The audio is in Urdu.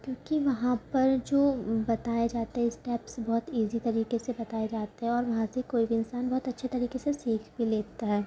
کیونکہ وہاں پر جو بتایا جاتا ہے اسٹیپس بہت ایزی طریقے سے بتائے جاتے ہیں اور وہاں سے کوئی بھی انسان بہت اچھے طریکے سے سیکھ بھی لیتا ہے